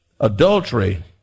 adultery